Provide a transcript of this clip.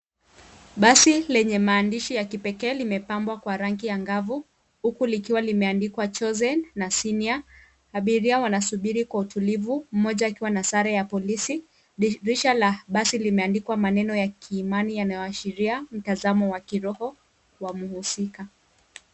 Basi lenye maandishi ya kipekee limepambwa kwa rangi angavu huku likiwa limeandikwa Choosen na Senior . Abiria wanasubiri kwa utulivu; mmoja akiwa na sare ya polisi. Dirisha la basi limeandikwa maneno ya kiimani yanayoashiria mtazamo wa kiroho wa muhusika.